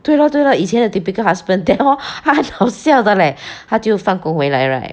对 lor 对 lor 以前的 typical husband then hor 他很好笑的 leh 他就放工回来 right